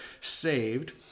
saved